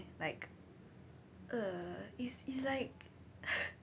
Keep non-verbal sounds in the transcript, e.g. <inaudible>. like uh it's it's like <laughs>